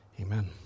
Amen